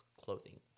clothing